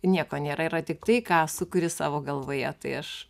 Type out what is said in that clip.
nieko nėra yra tiktai ką sukuri savo galvoje tai aš